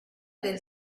del